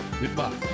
Goodbye